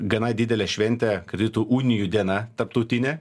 gana didelė šventė krito unijų diena tarptautinė